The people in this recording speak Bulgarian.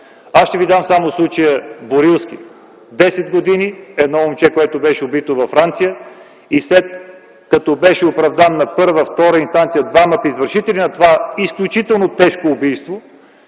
пример само съм случая „Борилски” – 10 години! Едно момче, което беше убито във Франция и след като бяха оправдани на първа и втора инстанция двамата извършители на това изключително тежко убийство,